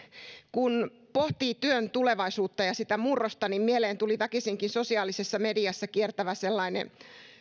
kun pohtii työn tulevaisuutta ja murrosta niin mieleen tulee väkisinkin sellainen sosiaalisessa mediassa kiertävä